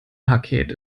paket